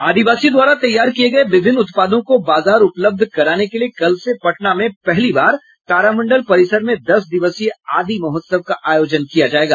आदिवासियों द्वारा तैयार किये गये विभिन्न उत्पादों को बाजार उपलब्ध कराने के लिये कल से पटना में पहली बार तारामंडल परिसर में दस दिवसीय आदी महोत्सव का आयोजन किया जायेगा